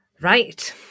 Right